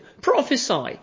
prophesy